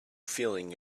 feeling